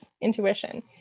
intuition